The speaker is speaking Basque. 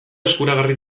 eskuragarri